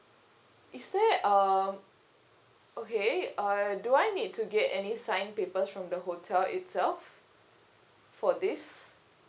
is there um okay uh do I need to get any signed papers from the hotel itself for this